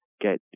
get